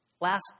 Last